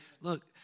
look